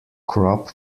crop